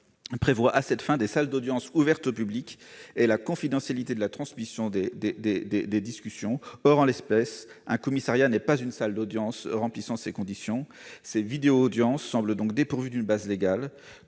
prévoit à cette fin des « salles d'audience ouvertes au public » et la « confidentialité de la transmission ». Or, en l'espèce, un commissariat n'est pas une salle d'audience remplissant ces conditions ! Ces vidéoaudiences semblent donc dépourvues d'une base légale.